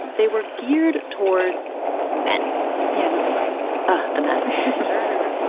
they were geared towards men yeah, not surprising ugh, the men they're everywhere,